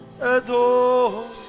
adore